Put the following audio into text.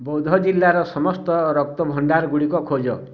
ବୌଦ୍ଧ ଜିଲ୍ଲାର ସମସ୍ତ ରକ୍ତ ଭଣ୍ଡାର ଗୁଡ଼ିକ ଖୋଜ